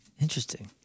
Interesting